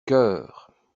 cœur